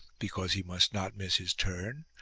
because he must not miss his turn,